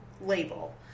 label